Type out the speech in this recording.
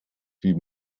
wie